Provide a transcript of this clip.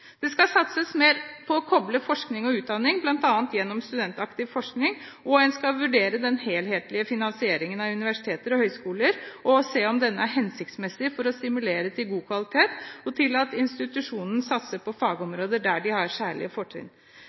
midlertidighet skal reduseres. Det skal satses mer på å koble forskning og utdanning, bl.a. gjennom studentaktiv forskning. En skal vurdere om den helhetlige finansieringen av universiteter og høyskoler er hensiktsmesssig for å stimulere til god kvalitet og til at institusjonene satser på fagområder der de har særlige fortrinn.